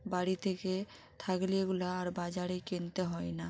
বাড়িতে গিয়ে থাকলে এগুলো আর বাজারে কিনতে হয় না